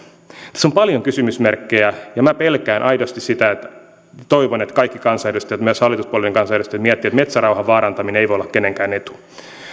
tässä on paljon kysymysmerkkejä ja minä pelkään aidosti toivon että kaikki kansanedustajat myös hallituspuolueiden edustajat miettivät että metsärauhan vaarantaminen ei voi olla kenenkään etu